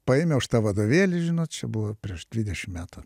paėmiau aš tą vadovėlį žinot čia buvo prieš dvidešim metų